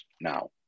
Now